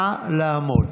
נא לעמוד.